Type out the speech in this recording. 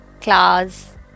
claws